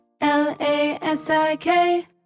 L-A-S-I-K